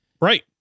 Right